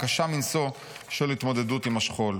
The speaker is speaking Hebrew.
הקשה מנשוא של התמודדות עם השכול.